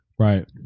Right